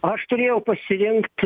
aš turėjau pasirinkt